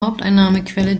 haupteinnahmequelle